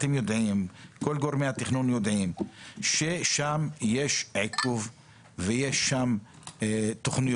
אתם וכל גורמי התכנון יודעים ששם יש עיכוב ויש שם תוכניות?